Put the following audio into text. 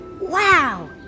Wow